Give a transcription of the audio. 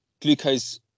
glucose